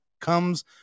comes